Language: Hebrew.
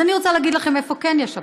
אז אני רוצה להגיד לכם איפה כן יש אפרטהייד,